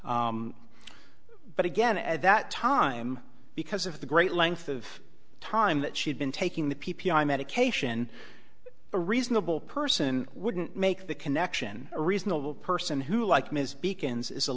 but again at that time because of the great length of time that she'd been taking the p p i medication a reasonable person wouldn't make the connection a reasonable person who like ms beacon's is a